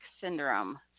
Syndrome